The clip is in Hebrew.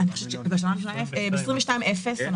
בשנה הראשונה, 2022, אפס.